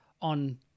on